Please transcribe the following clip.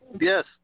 Yes